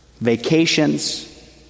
vacations